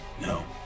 No